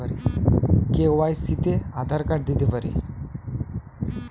KYC তে Aadhaar card দিতে পারি কি?